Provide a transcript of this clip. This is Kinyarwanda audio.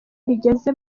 rigeze